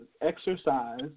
exercise